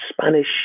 Spanish